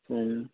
ہوں